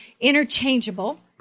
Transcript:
interchangeable